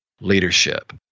leadership